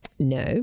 No